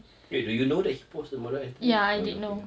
wait do you know he post the model entry oh okay